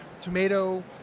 tomato